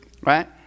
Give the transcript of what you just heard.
right